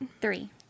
Three